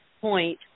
point